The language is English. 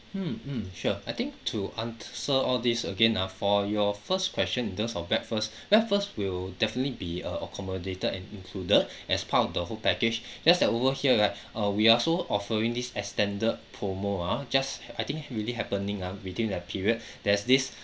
mm mm sure I think to answer all these again ah for your first question in terms of breakfast breakfast will definitely be uh accommodated and included as part of the whole package just that over here right uh we also offering this extended promo ah just I think maybe happening ah within that period there's this